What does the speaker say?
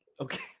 Okay